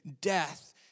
death